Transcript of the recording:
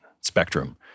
spectrum